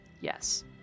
Yes